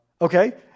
Okay